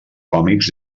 còmics